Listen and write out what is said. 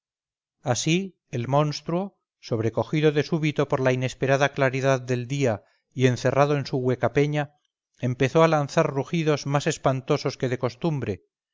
así el monstruo sobrecogido de súbito por la inesperada claridad del día y encerrado en su hueca peña empezó a lanzar rugidos más espantosos que de costumbre